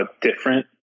different